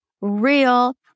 real